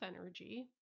energy